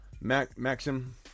Maxim